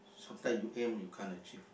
sometimes you aim you can't achieve also